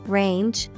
range